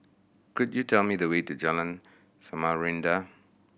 could you tell me the way to Jalan Samarinda